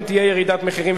גם תהיה ירידת מחירים.